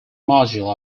module